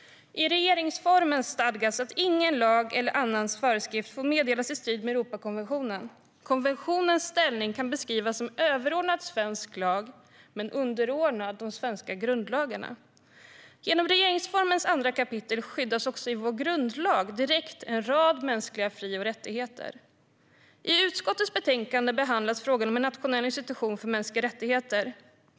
I regeringsformen stadgas att ingen lag eller annan föreskrift får meddelas i strid med Europakonventionen. Konventionens ställning kan beskrivas som överordnad svensk lag men underordnad de svenska grundlagarna. Genom regeringsformens 2 kap. skyddas också i vår grundlag direkt en rad mänskliga fri och rättigheter. I utskottets betänkande behandlas frågan om en nationell institution för mänskliga rättigheter.